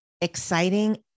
exciting